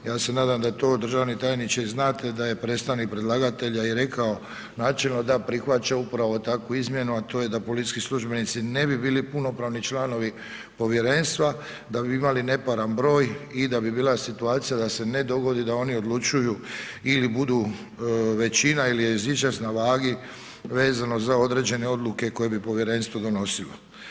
Ja se nadam da to državni tajniče i znate da je predstavnik predlagatelja i rekao načelno da prihvaća upravo takvu izmjenu, a to je da policijski službenici ne bi bili punopravni članovi povjerenstva, da bi imali neparan broj i da bi bila situacija da se ne dogodi da oni odlučuju ili budu većina ili budu jezičac na vagi vezano za određene odluke koje bi povjerenstvo donosilo.